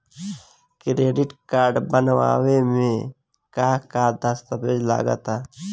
Credit card बनवावे म का का दस्तावेज लगा ता?